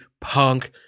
Punk